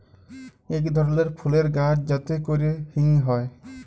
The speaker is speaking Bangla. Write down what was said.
ইক ধরলের ফুলের গাহাচ যাতে ক্যরে হিং হ্যয়